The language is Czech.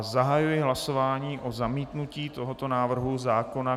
Zahajuji hlasování o zamítnutí tohoto návrhu zákona.